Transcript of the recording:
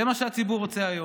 זה מה שהציבור רוצה היום,